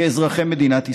כאזרחי מדינת ישראל,